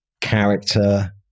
character